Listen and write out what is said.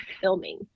filming